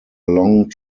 long